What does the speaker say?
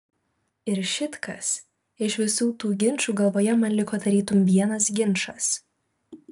ir šit kas iš visų tų ginčų galvoje man liko tarytum vienas ginčas